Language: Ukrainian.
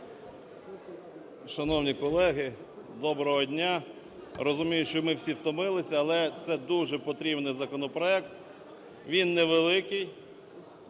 Шановні колеги, доброго дня! Розумію, що ми всі втомилися, але це дуже потрібний законопроект. Він невеликий,